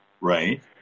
Right